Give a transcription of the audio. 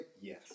yes